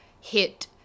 hit